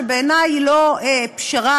שבעיני היא לא הפשרה